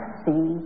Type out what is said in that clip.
see